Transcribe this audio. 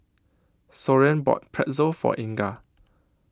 Soren bought Pretzel For Inga